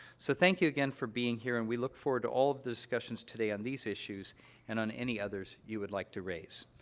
so, thank you, again, for being here, and we look forward to all of the discussions today on these issues and on any others you would like to raise.